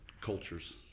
cultures